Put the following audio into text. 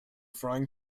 frying